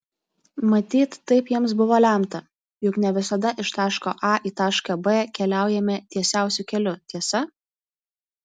matyt taip jiems buvo lemta juk ne visada iš taško a į tašką b keliaujame tiesiausiu keliu tiesa